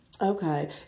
Okay